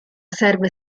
serve